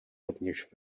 rovněž